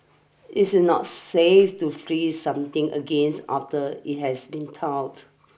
it is not safe to freeze something against after it has been thawed